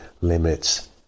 limits